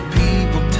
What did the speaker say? people